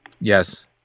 Yes